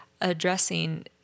addressing